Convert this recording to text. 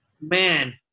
man